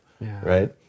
right